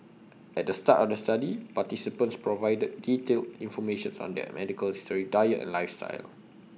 at the start of the study participants provided detailed information on their medical history diet and lifestyle